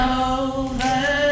over